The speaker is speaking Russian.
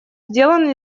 сделан